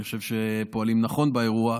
אני חושב שפועלים נכון באירוע,